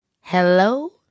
Hello